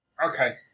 Okay